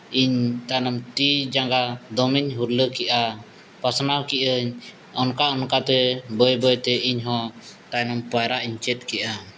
ᱤᱧ ᱛᱟᱭᱱᱚᱢ ᱛᱤ ᱡᱟᱸᱜᱟ ᱫᱚᱢᱮᱧ ᱦᱩᱨᱞᱟᱹ ᱠᱮᱫᱼᱟ ᱯᱟᱥᱱᱟᱣ ᱠᱮᱫᱼᱟᱹᱧ ᱚᱱᱠᱟᱼᱚᱱᱠᱟᱛᱮ ᱵᱟᱹᱭᱼᱵᱟᱹᱭᱛᱮ ᱤᱧᱦᱚᱸ ᱛᱟᱭᱱᱚᱢ ᱯᱟᱭᱨᱟᱜ ᱤᱧ ᱪᱮᱫ ᱠᱮᱫᱼᱟ